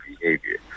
behavior